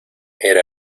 era